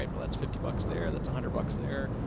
like well that's fifty bucks there. that's a hundred bucks there.